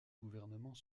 gouvernement